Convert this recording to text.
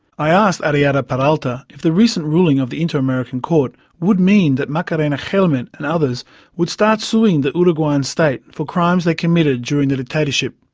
i asked ariela peralta if the recent ruling of the inter-american court would mean that macarena gelman and others would start suing the uruguayan state for crimes they committed during the dictatorship.